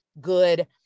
good